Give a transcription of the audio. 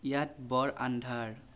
ইয়াত বৰ আন্ধাৰ